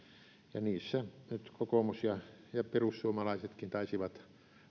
ja niissä kokoomus ja perussuomalaisetkin taisivat